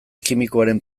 kimikoaren